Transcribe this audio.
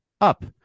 up